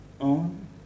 on